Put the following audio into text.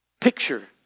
Picture